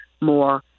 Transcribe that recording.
more